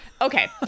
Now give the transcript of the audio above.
Okay